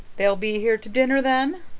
they'll be here to dinner, then?